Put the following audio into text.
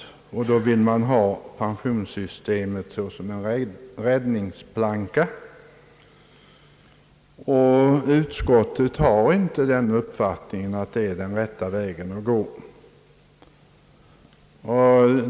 Motionärerna vill ha pensionssystemet som en räddningsplanka, men utskottet har inte den uppfattningen att det är den rätta vägen att gå.